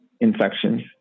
infections